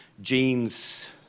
genes